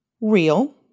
Real